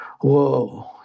whoa